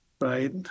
right